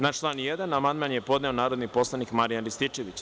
Na član 1. amandman je podneo narodni poslanik Marijan Rističević.